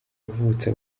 wavutse